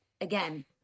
again